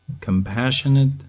compassionate